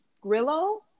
Grillo